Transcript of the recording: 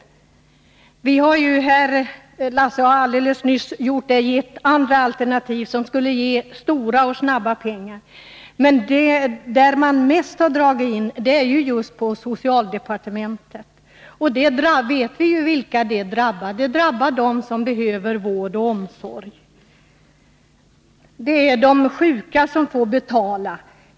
Lars Werner har alldeles nyss presenterat ett alternativ som skulle ge stora och snabba pengar, men regeringen har mest dragit in just på socialdepartementet, och vi vet vilka det drabbar. Det drabbar dem som behöver vård och omsorg. Det är de sjuka som får betala.